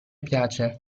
piace